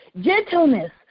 gentleness